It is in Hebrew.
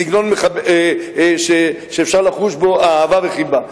בסגנון שאפשר לחוש בו אהבה וחיבה.